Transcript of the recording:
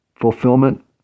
fulfillment